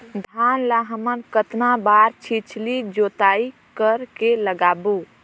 धान ला हमन कतना बार छिछली जोताई कर के लगाबो?